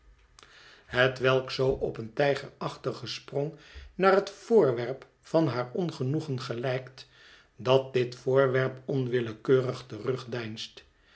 hetwelk zoo op een tijgerachtigen sprong naar het voorwerp van haar ongenoegen gelijkt dat dit voorwerp onwillekeurig